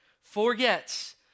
forgets